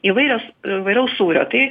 įvairios įvairaus sūrio tai